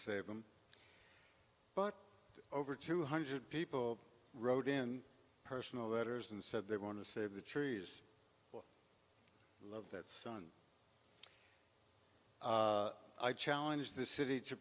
save them but over two hundred people wrote in personal letters and said they want to save the trees love that sun i challenge the city to